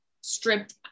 stripped